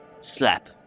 Slap